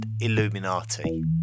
illuminati